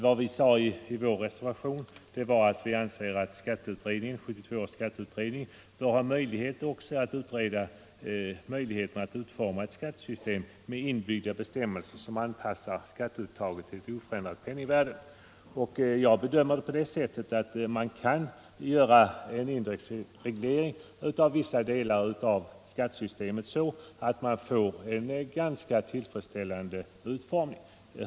Vad vi sagt i vår reservation är att vi anser att 1972 års skatteutredning bör kunna utreda möjligheterna att införa ett skattesystem med inbyggda bestämmelser som anpassar skatteuttaget till ett oförändrat penningvärde. Jag bedömer det på det sättet, att man kan göra en indexreglering av vissa delar av skattesystemet, så att man får en ganska tillfredsställande utformning.